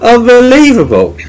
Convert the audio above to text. Unbelievable